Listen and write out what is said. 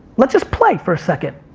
let's just play for a second.